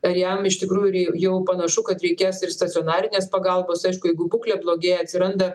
ar jam iš tikrųjų rei jau panašu kad reikės ir stacionarinės pagalbos aišku jeigu būklė blogėja atsiranda